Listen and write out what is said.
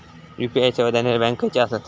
UPI सेवा देणारे bank खयचे आसत?